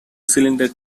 cylinder